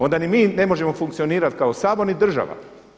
Onda ni mi ne možemo funkcionirati kao Sabor ni država.